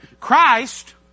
Christ